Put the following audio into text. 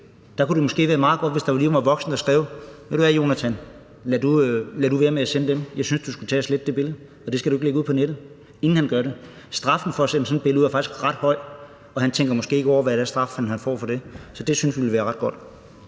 Der kunne det måske være meget godt, hvis der lige var en voksen, der, inden han gjorde det, skrev: Ved du hvad, Jonathan, lad være med at sende dem. Jeg synes, du skulle tage og slette det billede. Det skal du ikke lægge ud på nettet. Straffen for at lægge sådan et billede ud er faktisk ret høj. Og han tænker måske ikke over, hvad det er for en straf, han får for det. Så det synes vi ville være ret godt.